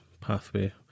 pathway